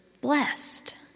blessed